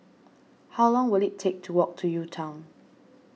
how long will it take to walk to UTown